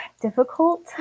difficult